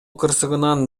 кырсыгынан